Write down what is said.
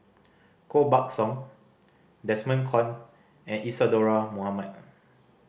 Koh Buck Song Desmond Kon and Isadhora Mohamed